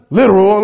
literal